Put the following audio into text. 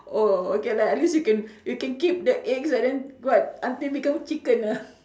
oh okay lah at least you can you can keep the eggs and then what until become chicken ah